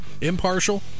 Impartial